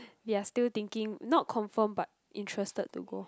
they're still thinking not confirm but interested to go